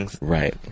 Right